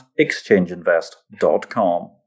exchangeinvest.com